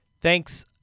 Thanks